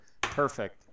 Perfect